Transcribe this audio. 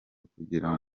kugira